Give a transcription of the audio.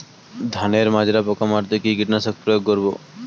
ধানের মাজরা পোকা মারতে কি কীটনাশক প্রয়োগ করব?